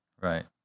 Right